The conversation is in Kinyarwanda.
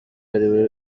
ari